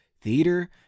theater